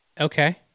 Okay